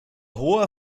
hoher